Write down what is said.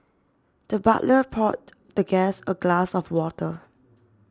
the butler poured the guest a glass of water